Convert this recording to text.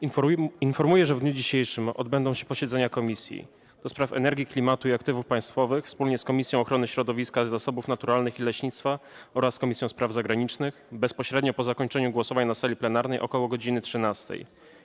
Informuję, że w dniu dzisiejszym odbędą się posiedzenia Komisji: - do Spraw Energii, Klimatu i Aktywów Państwowych wspólnie z Komisją Ochrony Środowiska, Zasobów Naturalnych i Leśnictwa oraz Komisją Spraw Zagranicznych - bezpośrednio po zakończeniu głosowań na sali plenarnej, ok. godz. 13,